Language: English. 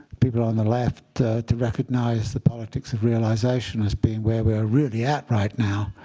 people on the left to recognize the politics of realization as being where we are really at right now,